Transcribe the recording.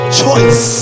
choice